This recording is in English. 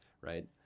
Right